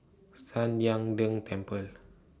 San Lian Deng Temple